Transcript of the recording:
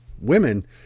women